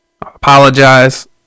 apologize